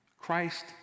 Christ